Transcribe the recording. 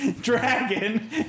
dragon